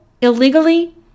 illegally